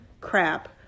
crap